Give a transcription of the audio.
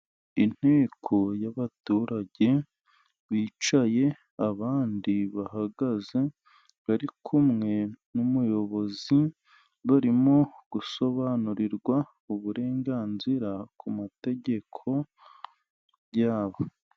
Inteko y'abaturage bicaye abandi bahagaze, bari kumwe n'umuyobozi barimo gusobanurirwa uburenganzira ku mategeko yabo.